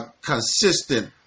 consistent